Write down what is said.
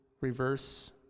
reverse